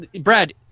Brad